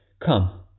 Come